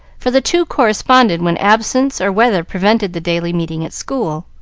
for the two corresponded when absence or weather prevented the daily meeting at school.